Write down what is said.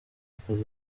akazi